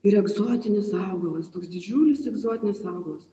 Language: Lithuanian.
ir egzotinis augalas toks didžiulis egzotinis augalas